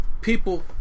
people